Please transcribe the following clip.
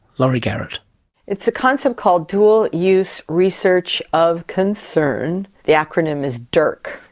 laurie garrett it's a concept called dual use research of concern, the acronym is durc,